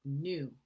new